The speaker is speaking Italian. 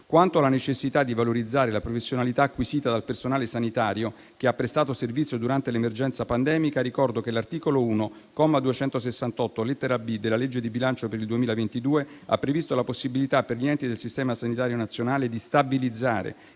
Quanto alla necessità di valorizzare la professionalità acquisita dal personale sanitario che ha prestato servizio durante l'emergenza pandemica, ricordo che l'articolo 1, comma 268, lettera *b)*, della legge di bilancio per il 2022 ha previsto la possibilità per gli enti del Sistema sanitario nazionale di stabilizzare